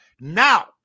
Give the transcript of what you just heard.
Now